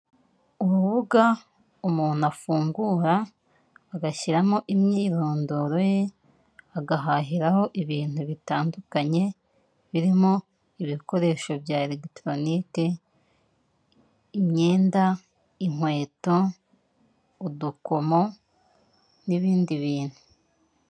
Urubuga umuntu afungura agashyiramo imyirondoro ye agahahiraho ibinyu bitandukanye birimo ibikoresho bya eregitoronike, imyenda, inkweto, udukomo n'ibindi bintu.